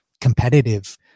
competitive